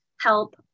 help